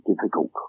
difficult